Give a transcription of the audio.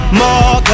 more